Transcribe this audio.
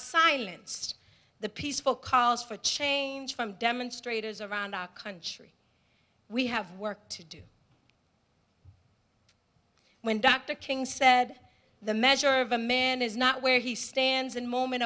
silenced the peaceful calls for change from demonstrators around our country we have work to do when dr king said the measure of a man is not where he stands in moment